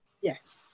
Yes